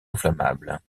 inflammable